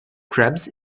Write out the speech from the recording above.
krebs